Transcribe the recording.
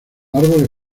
árboles